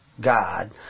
God